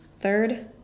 third